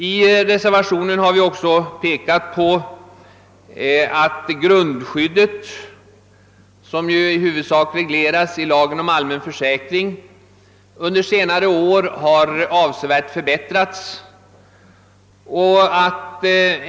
I reservationen har vi också pekat på att grundskyddet, som i huvudsak regleras i lagen om allmän försäkring, under senare år har förbättrats.